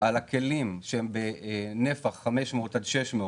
על הכלים שהם בנפח 500-600,